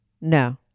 no